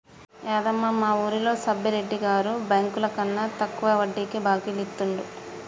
యాదమ్మ, మా వూరిలో సబ్బిరెడ్డి గారు బెంకులకన్నా తక్కువ వడ్డీకే బాకీలు ఇత్తండు